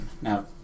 Now